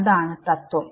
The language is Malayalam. അതാണ് തത്വം